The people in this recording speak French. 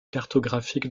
cartographique